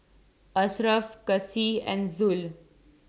Ashraf Kasih and Zul